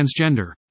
transgender